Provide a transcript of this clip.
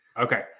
okay